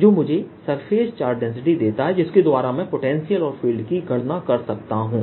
जो मुझे surface charge density देता है जिसके द्वारा मैं पोटेंशियल और फील्ड की गणना कर सकता हूं